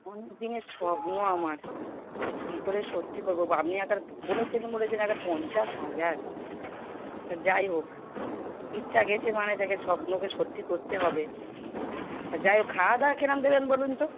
অনেক দিনের স্বপ্ন আমার তা কী করে সত্যি করব আপনি একেবার বলেছেন বলেছেন একেবার পঞ্চাশ হাজার তা যাই হোক ইচ্ছা গিয়েছে মানে তাকে স্বপ্নকে সত্যি করতে হবে যাই হোক খাওয়া দাওয়া কীরকম দেবেন বলুন তো